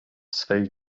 swej